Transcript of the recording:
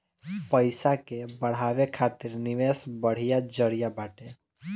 पईसा के बढ़ावे खातिर निवेश बढ़िया जरिया बाटे